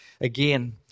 again